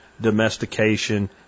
domestication